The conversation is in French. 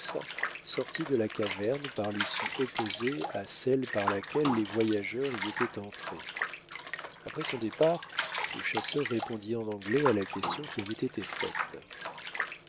sortit de la caverne par l'issue opposée à celle par laquelle les voyageurs y étaient entrés après son départ le chasseur répondit en anglais à la question qui avait été faite